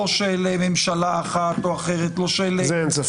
לא של ממשלה אחת או אחרת -- זה אין ספק.